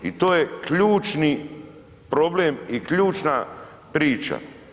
I to je ključni problem i ključna priča.